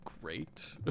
great